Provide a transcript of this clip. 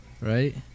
right